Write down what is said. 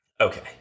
Okay